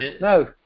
no